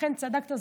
לכן צדקת,